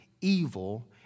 evil